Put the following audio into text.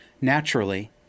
Naturally